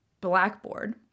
blackboard